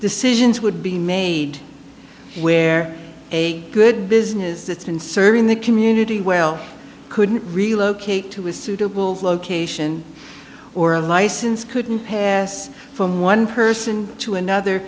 decisions would be made where a good business that's been serving the community well couldn't relocate to a suitable location or a license couldn't pass from one person to another